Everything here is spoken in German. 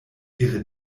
ihre